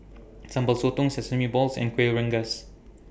Sambal Sotong Sesame Balls and Kuih Rengas